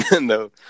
no